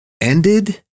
ended